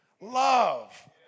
love